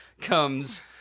comes